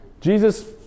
Jesus